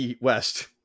west